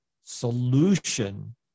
solution